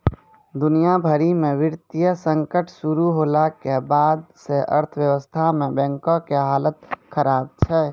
दुनिया भरि मे वित्तीय संकट शुरू होला के बाद से अर्थव्यवस्था मे बैंको के हालत खराब छै